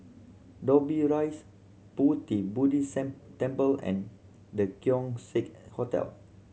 Dobbie Rise Pu Ti Buddhist Sam Temple and The Keong Saik Hotel